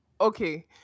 Okay